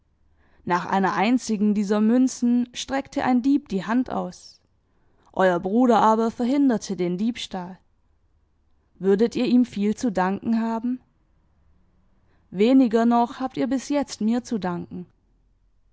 nach einer einzigen dieser münzen streckte ein dieb die hand aus euer bruder aber verhinderte den diebstahl würdet ihr ihm viel zu danken haben weniger noch habt ihr bis jetzt mir zu danken